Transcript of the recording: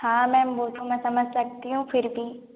हाँ मैं वह तो मैं समझ सकती हूँ फिर भी